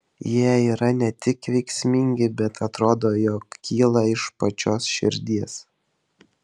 jie yra ne tik veiksmingi bet atrodo jog kyla iš pačios širdies